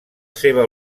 seva